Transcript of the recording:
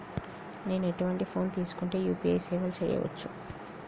నేను ఎటువంటి ఫోన్ తీసుకుంటే యూ.పీ.ఐ సేవలు చేయవచ్చు?